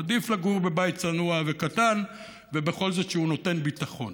עדיף לגור בבית צנוע וקטן ושבכל זאת נותן ביטחון.